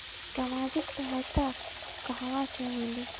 सामाजिक सहायता कहवा से मिली?